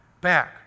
back